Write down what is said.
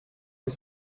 que